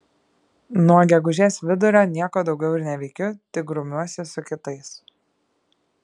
nuo gegužės vidurio nieko daugiau ir neveikiu tik grumiuosi su kitais